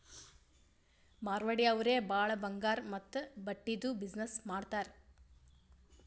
ಮಾರ್ವಾಡಿ ಅವ್ರೆ ಭಾಳ ಬಂಗಾರ್ ಮತ್ತ ಬಟ್ಟಿದು ಬಿಸಿನ್ನೆಸ್ ಮಾಡ್ತಾರ್